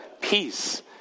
peace